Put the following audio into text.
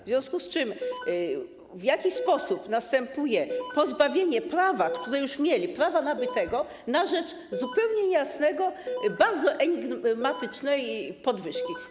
W związku z tym w jakiś sposób następuje pozbawienie ich prawa, które już mieli, prawa nabytego, na rzecz zupełnie niejasnej, bardzo enigmatycznej podwyżki.